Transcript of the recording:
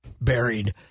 buried